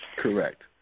Correct